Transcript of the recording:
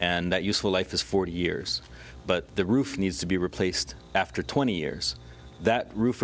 and that useful life is forty years but the roof needs to be replaced after twenty years that roof